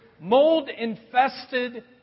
mold-infested